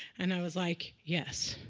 and i was like, yes.